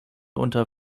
unter